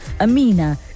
Amina